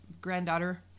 Granddaughter